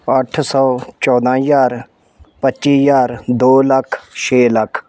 ਅੱਠ ਸੌ ਚੌਦਾਂ ਹਜ਼ਾਰ ਪੱਚੀ ਹਜ਼ਾਰ ਦੋ ਲੱਖ ਛੇ ਲੱਖ